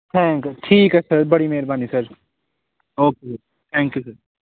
thank ਠੀਕ ਹੈ sir ਬੜੀ ਮਿਹਰਬਾਨੀ ਸਰ ਓਕੇ ਥੈਂਕਯੂ ਸਰ